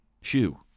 Shoe